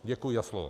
Děkuji za slovo.